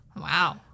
Wow